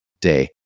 day